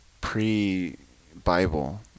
pre-Bible